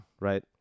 Right